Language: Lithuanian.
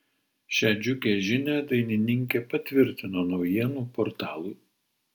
šią džiugią žinią dainininkė patvirtino naujienų portalui